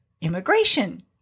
immigration